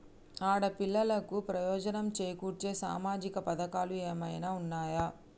ఆడపిల్లలకు ప్రయోజనం చేకూర్చే సామాజిక పథకాలు ఏమైనా ఉన్నయా?